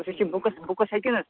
أسۍ حظ چھِ بُکَس بُکَس ہٮ۪کِو نہَ